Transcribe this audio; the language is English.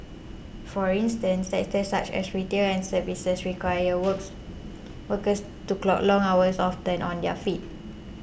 for instance sectors such as retail and services require works workers to clock long hours often on their feet